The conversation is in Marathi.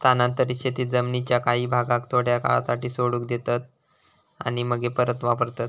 स्थानांतरीत शेतीत जमीनीच्या काही भागाक थोड्या काळासाठी सोडून देतात आणि मगे परत वापरतत